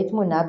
ביתמונה,